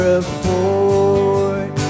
afford